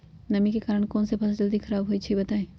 नमी के कारन कौन स फसल जल्दी खराब होई छई बताई?